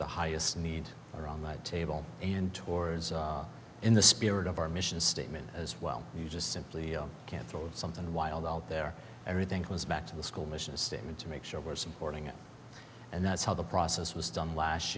the highest need around the table and tours in the spirit of our mission statement as well you just simply can't throw something wild out there everything goes back to the school mission statement to make sure we're supporting it and that's how the process was done last